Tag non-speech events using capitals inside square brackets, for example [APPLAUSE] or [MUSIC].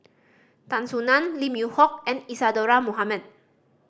Tan Soo Nan Lim [UNINTELLIGIBLE] Hock and Isadhora Mohamed